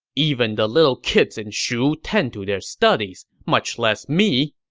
even the little kids in shu tend to their studies, much less me!